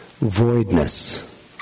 voidness